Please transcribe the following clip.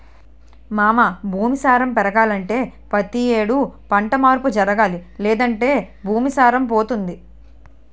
మావా భూమి సారం పెరగాలంటే పతి యేడు పంట మార్పు జరగాలి లేదంటే భూమి సారం పోతుంది